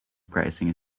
pricing